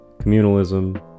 communalism